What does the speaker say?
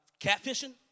catfishing